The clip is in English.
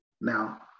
Now